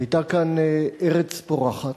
היתה כאן ארץ פורחת,